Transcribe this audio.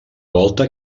volta